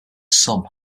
son